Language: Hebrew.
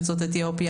או יוצאות אתיופיה,